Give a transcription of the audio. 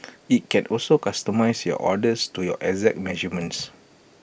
IT can also customise your orders to your exact measurements